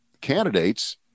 candidates